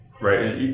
Right